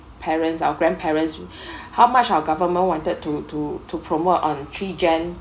parents or grandparents how much our government wanted to to to promote on three gen~